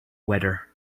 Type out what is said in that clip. weather